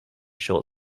short